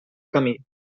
camí